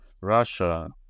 Russia